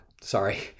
sorry